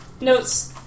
notes